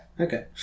Okay